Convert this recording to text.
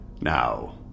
Now